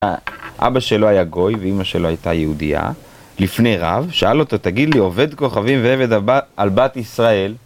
אבא שלו היה גוי ואימא שלו הייתה יהודייה לפני רב, שאל אותו תגיד לי עובד כוכבים ועבד על בת ישראל